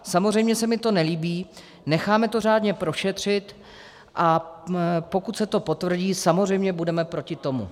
Samozřejmě se mi to nelíbí, necháme to řádně prošetřit, a pokud se to potvrdí, samozřejmě budeme proti tomu.